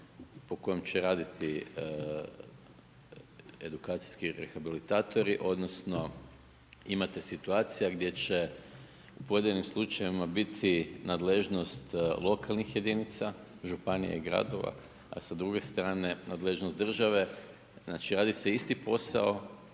po kojem će raditi edukacijski rehabilitatori odnosno imate situacija gdje će u pojedinim slučajevima biti nadležnost lokalnih jedinica, županija i gradova, a sa druge strane nadležnost države. Znači, radi se isti posao,